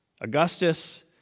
Augustus